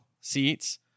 seats